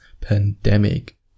pandemic